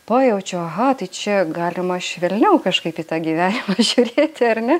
pajaučiu aha tai čia galima švelniau kažkaip į tą gyvenimą žiūrėti ar ne